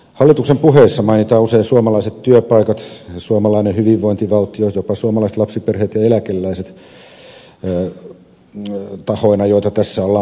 hallituksen puheissa mainitaan usein suomalaiset työpaikat suomalainen hyvinvointivaltio jopa suomalaiset lapsiperheet ja eläkeläiset tahoina joita tässä ollaan pelastamassa